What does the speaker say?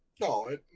no